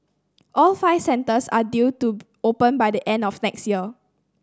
all five centres are due to open by the end of next year